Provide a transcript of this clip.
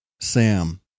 Sam